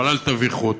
אבל אל תביכו אותו,